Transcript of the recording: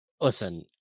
Listen